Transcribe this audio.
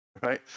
right